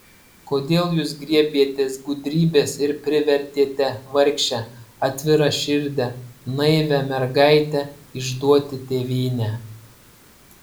kodėl jūs griebėtės gudrybės ir privertėte vargšę atviraširdę naivią mergaitę išduoti tėvynę